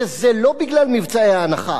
וזה לא בגלל מבצעי ההנחה.